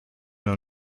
mehr